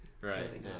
Right